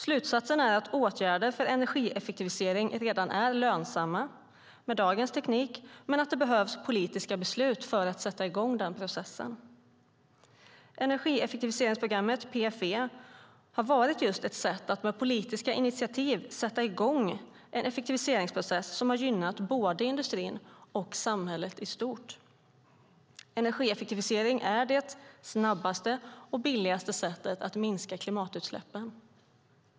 Slutsatsen är att åtgärder för energieffektivisering redan är lönsamma med dagens teknik men att det behövs politiska beslut för att sätta i gång den processen. Energieffektiviseringsprogrammet PFE har varit just ett sätt att med politiska initiativ sätta i gång en effektiviseringsprocess som gynnat både industrin och samhället i stort. Energieffektivisering är det snabbaste och billigaste sättet att minska klimatutsläppen.